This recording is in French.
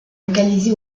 localisé